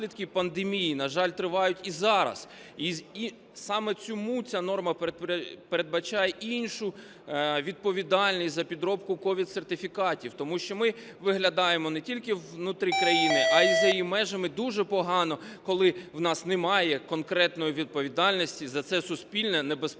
наслідки пандемії, на жаль, тривають і зараз. І саме тому ця норма передбачає іншу відповідальність за підробку СOVID-сертифікатів, тому що ми виглядаємо не тільки внутри країни, а і за її межами дуже погано, коли в нас немає конкретної відповідальності за це суспільно небезпечне